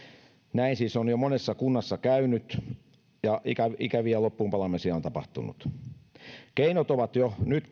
näin siis on jo monessa kunnassa käynyt ja ikäviä loppuunpalamisia on tapahtunut keinot on jo nyt